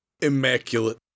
immaculate